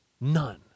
None